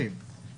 באופן גס כללי,